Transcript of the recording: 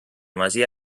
masia